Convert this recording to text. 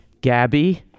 Gabby